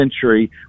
century